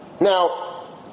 Now